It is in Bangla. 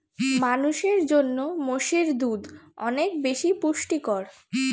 মানুষের জন্য মোষের দুধ অনেক বেশি পুষ্টিকর